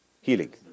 healing